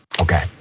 Okay